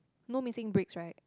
no missing bricks right